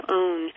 own